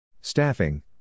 Staffing